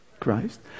Christ